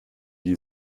die